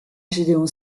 gédéon